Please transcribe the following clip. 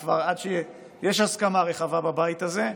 אם כבר, עד שיש הסכמה רחבה בבית הזה,